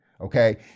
okay